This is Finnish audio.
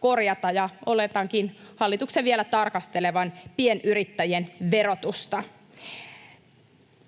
korjata, ja oletankin hallituksen vielä tarkastelevan pienyrittäjien verotusta.